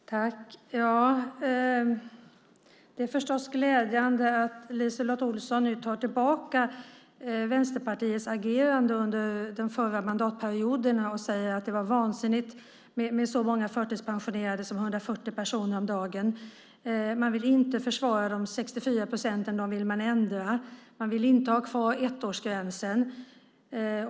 Herr talman! Det är förstås glädjande att LiseLotte Olsson nu tar tillbaka Vänsterpartiets agerande under den förra mandatperioden när hon säger att det var vansinnigt med så många förtidspensionerade som 140 personer om dagen. Man vill inte försvara de 64 procenten. De vill man ändra. Man vill inte ha ettårsgränsen.